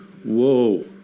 Whoa